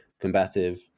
combative